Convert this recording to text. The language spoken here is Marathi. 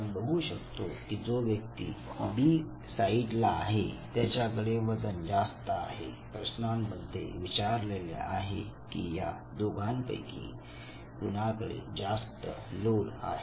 आपण बघू शकतो की जो व्यक्ती बी साईडला आहे त्याच्याकडे वजन जास्त आहे प्रश्नामध्ये विचारलेले आहे की या दोघांपैकी कुणाकडे जास्त लोड आहे